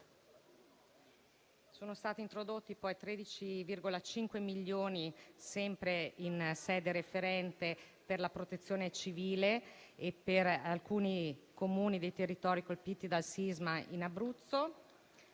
Sono stati introdotti poi 13,5 milioni, sempre in sede referente, per la Protezione civile e per alcuni Comuni dei territori colpiti dal sisma in Abruzzo.